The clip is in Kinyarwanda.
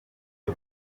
byo